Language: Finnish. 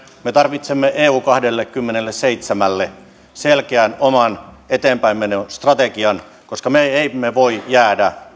me tarvitsemme eu kahdellekymmenelleseitsemälle selkeän oman eteenpäinmenostrategian koska me emme voi jäädä